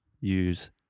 Use